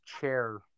chair